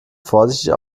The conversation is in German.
vorsichtig